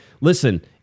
listen